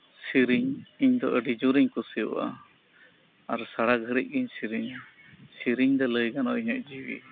ᱥᱮᱨᱮᱧ ᱤᱧ ᱫᱚ ᱟᱹᱰᱤ ᱡᱚᱨᱤᱧ ᱠᱩᱥᱤᱭᱟᱜᱼᱟ ᱟᱨ ᱥᱟᱨᱟ ᱜᱷᱟᱹᱲᱤᱡ ᱜᱤᱧ ᱥᱮᱨᱮᱧᱟ ᱥᱮᱨᱮᱧ ᱫᱚ ᱞᱟᱹᱭ ᱜᱟᱱᱚᱜᱟ ᱤᱧᱟᱹᱜ ᱡᱤᱣᱤ